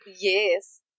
Yes